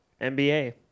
NBA